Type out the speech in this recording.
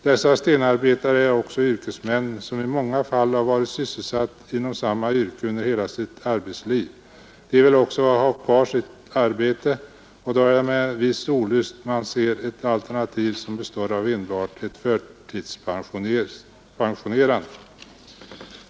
Dessa stenarbetare är också yrkesmän som i många fall har varit sysselsatta inom samma yrke under hela sitt arbetsliv; de vill också ha sitt arbete kvar, och då är det med en viss olust man ser ett alternativ som består av enbart ett förtidspensionserbjudande.